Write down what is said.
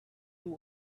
too